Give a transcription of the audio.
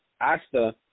Asta